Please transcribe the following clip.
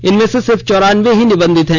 इनमें से सिर्फ चौरानबे ही निबंधित हैं